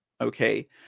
okay